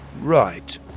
Right